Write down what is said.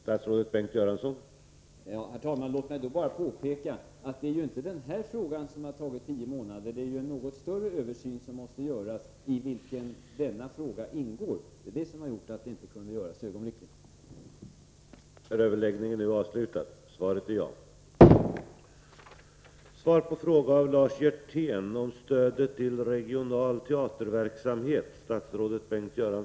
Herr talman! Låt mig bara påpeka att det inte är den här frågan som har tagit tio månader att utreda. En något större översyn måste göras, i vilken denna fråga ingår. Det är det som har gjort att åtgärder inte kunde vidtas ögonblickligen.